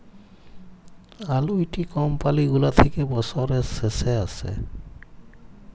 আলুইটি কমপালি গুলা থ্যাকে বসরের শেষে আসে